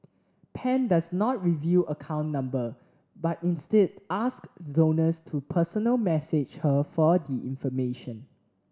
pan does not reveal account number but instead ask donors to personal message her for the information